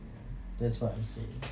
ya that's what I'm saying